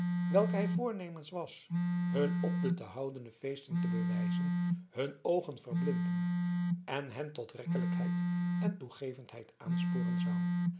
welke hij voornemens was hun op de te houdene feesten te bewijzen hun oogen verblinden en hen tot rekkelijkheid en toegevendheid aansporen zou